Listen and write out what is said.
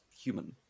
human